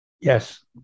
Yes